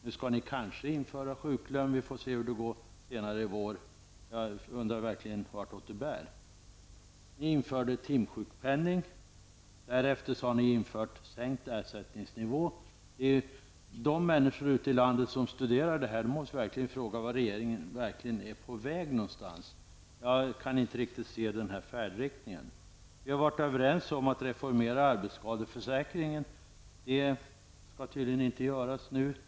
Nu skall ni kanske införa sjuklön. Vi får se senare i år hur det blir med den saken. Jag undrar alltså verkligen vart det bär hän. Ni har infört timsjukpenning. Därefter har ni infört en lägre ersättningsnivå. Men människor ute i landet som studerar förhållandena måste undra vart regeringen är på väg. Jag kan inte riktigt se någon speciell färdriktning. Vi har varit överens om att arbetsskadeförsäkringen skall reformeras. Men något sådant skall tydligen inte ske nu.